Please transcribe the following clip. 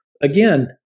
again